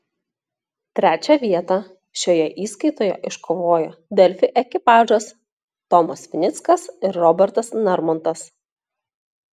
trečią vietą šioje įskaitoje iškovojo delfi ekipažas tomas vinickas ir robertas narmontas